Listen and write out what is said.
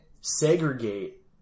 segregate